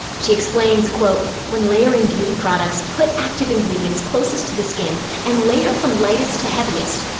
she explains, when layering beauty products. put active ingredients closest to the skin, and layer from lightest to heaviest.